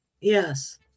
Yes